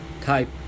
type